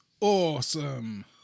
awesome